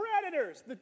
predators